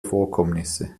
vorkommnisse